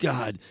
God